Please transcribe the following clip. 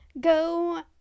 go